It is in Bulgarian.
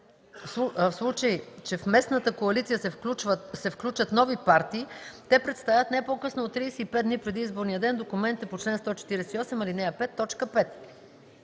В случай че в местната коалиция се включат нови партии, те представят не по-късно от 35 дни преди изборния ден документите по чл. 148, ал. 5, т. 5.